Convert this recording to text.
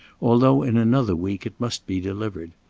although in another week it must be delivered.